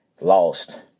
Lost